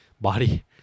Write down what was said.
body